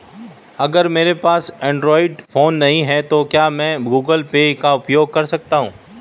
अगर मेरे पास एंड्रॉइड फोन नहीं है तो क्या मैं गूगल पे का उपयोग कर सकता हूं?